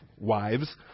wives